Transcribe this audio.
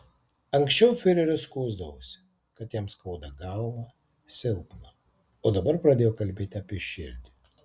anksčiau fiureris skųsdavosi kad jam skauda galvą silpna o dabar pradėjo kalbėti apie širdį